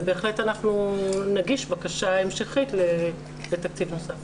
ובהחלט נגיש בקשה המשכית לתקציב נוסף.